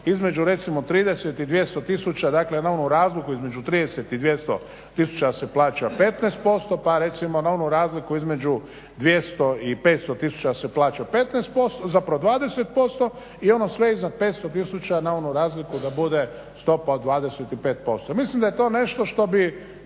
recimo 30 i 200 tisuća dakle na onu razliku između 30 i 200 tisuća da se plaća 15%, pa recimo na onu razliku između 200 i 500 tisuća da se plaća 20% i ono sve iznad 500 tisuća na onu razliku da bude stopa od 25%. Moislim da je to nešto što bi